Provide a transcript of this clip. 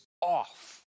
off